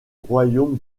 royaume